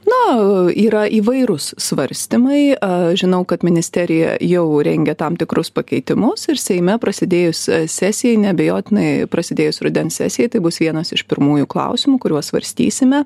na yra įvairūs svarstymai aš žinau kad ministerija jau rengia tam tikrus pakeitimus ir seime prasidėjus sesijai neabejotinai prasidėjus rudens sesijai tai bus vienas iš pirmųjų klausimų kuriuos svarstysime